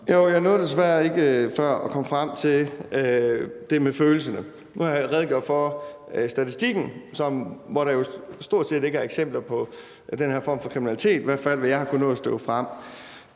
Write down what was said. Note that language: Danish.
Jo, jeg nåede desværre ikke før at komme frem til det med følelserne. Nu har jeg redegjort for statistikken, hvor der jo stort set ikke er eksempler på den her form for kriminalitet, i hvert fald med hensyn til det,